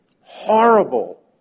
horrible